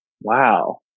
Wow